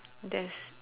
there's